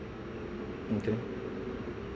okay